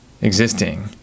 existing